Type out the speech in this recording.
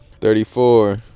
Thirty-four